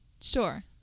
Sure